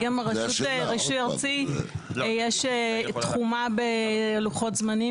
האם רשות הרישוי הארצית, תחומה בלוחות זמנים?